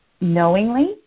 knowingly